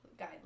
guidelines